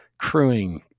crewing